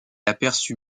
aperçut